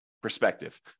Perspective